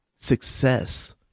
success